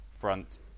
Front